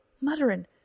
muttering